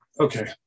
Okay